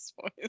voice